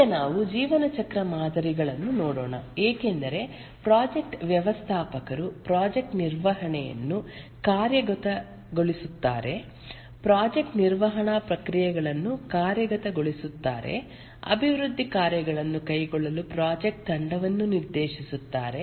ಈಗ ನಾವು ಜೀವನ ಚಕ್ರ ಮಾದರಿಗಳನ್ನು ನೋಡೋಣ ಏಕೆಂದರೆ ಪ್ರಾಜೆಕ್ಟ್ ವ್ಯವಸ್ಥಾಪಕರು ಪ್ರಾಜೆಕ್ಟ್ ನಿರ್ವಹಣೆಯನ್ನು ಕಾರ್ಯಗತಗೊಳಿಸುತ್ತಾರೆ ಪ್ರಾಜೆಕ್ಟ್ ನಿರ್ವಹಣಾ ಪ್ರಕ್ರಿಯೆಗಳನ್ನು ಕಾರ್ಯಗತಗೊಳಿಸುತ್ತಾರೆ ಅಭಿವೃದ್ಧಿ ಕಾರ್ಯಗಳನ್ನು ಕೈಗೊಳ್ಳಲು ಪ್ರಾಜೆಕ್ಟ್ ತಂಡವನ್ನು ನಿರ್ದೇಶಿಸುತ್ತಾರೆ